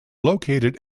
located